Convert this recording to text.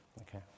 Okay